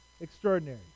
extraordinary